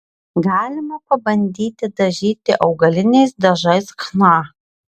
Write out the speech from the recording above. galima pabandyti dažyti augaliniais dažais chna